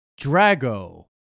Drago